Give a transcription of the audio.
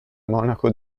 monaco